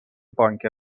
بانک